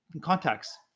contacts